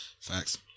facts